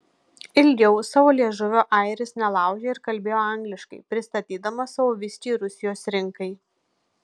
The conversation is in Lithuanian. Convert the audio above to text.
ilgiau savo liežuvio airis nelaužė ir kalbėjo angliškai pristatydamas savo viskį rusijos rinkai